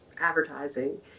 advertising